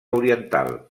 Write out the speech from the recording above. oriental